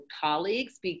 colleagues